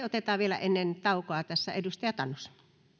otetaan vielä ennen taukoa edustaja tanus